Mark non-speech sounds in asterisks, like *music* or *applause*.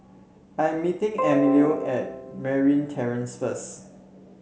I am meeting *noise* Emilio at Merryn Terrace first